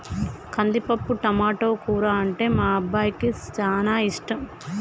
కందిపప్పు టమాటో కూర అంటే మా అబ్బాయికి చానా ఇష్టం